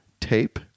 tape